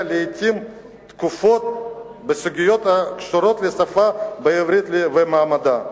לעתים תכופות בסוגיות הקשורות לשפה העברית ומעמדה,